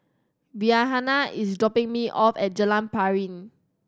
Rhianna is dropping me off at Jalan Piring